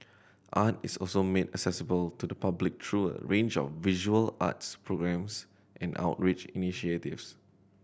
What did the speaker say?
art is also made accessible to the public through a range of visual arts programmes and outreach initiatives